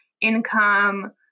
income